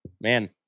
man